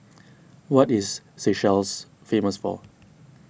what is Seychelles famous for